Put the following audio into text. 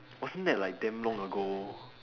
wasn't that like damn long ago